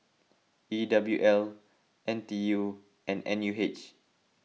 E W L N T U and N U H